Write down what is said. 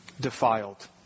defiled